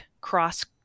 cross-